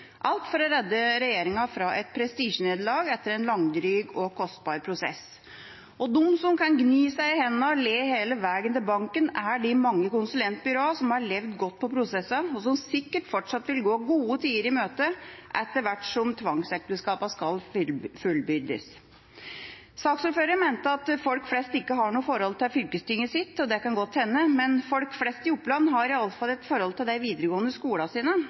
alt for å redde regjeringa fra et prestisjenederlag etter en langdryg og kostbar prosess. De som kan gni seg i hendene og le hele veien til banken, er de mange konsulentbyråene som har levd godt på prosessene, og som sikkert fortsatt vil gå gode tider i møte etter hvert som tvangsekteskapene skal fullbyrdes. Saksordføreren mente at folk flest ikke har noe forhold til fylkestinget sitt, og det kan godt hende. Folk flest i Oppland har iallfall et forhold til de videregående skolene sine,